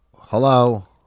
hello